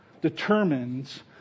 determines